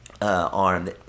Arm